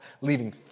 leaving